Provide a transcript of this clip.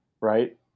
right